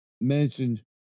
mentioned